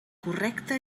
correcta